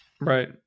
Right